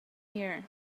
here